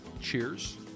cheers